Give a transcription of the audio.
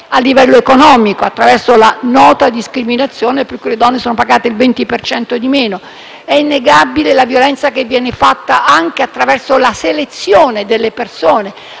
a livello economico attraverso la nota discriminazione, in quanto le donne sono pagate il 20 per cento di meno. È innegabile la violenza che viene fatta anche attraverso la selezione delle persone,